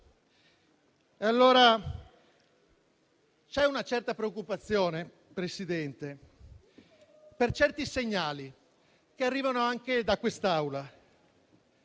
C'è una certa preoccupazione, signor Presidente, per certi segnali, che arrivano anche da quest'Assemblea,